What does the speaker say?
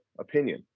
opinion